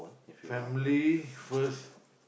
family first